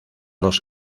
los